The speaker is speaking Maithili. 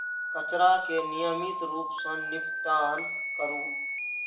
कचरा के नियमित रूप सं निपटान करू